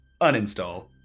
uninstall